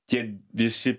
tie visi